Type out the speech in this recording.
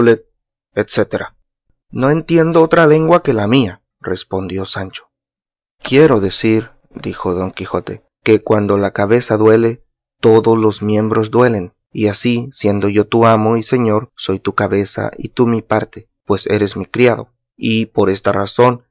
etcétera no entiendo otra lengua que la mía respondió sancho quiero decir dijo don quijote que cuando la cabeza duele todos los miembros duelen y así siendo yo tu amo y señor soy tu cabeza y tú mi parte pues eres mi criado y por esta razón